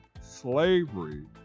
slavery